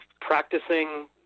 practicing